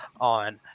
on